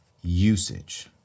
usage